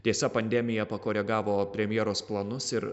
tiesa pandemija pakoregavo premjeros planus ir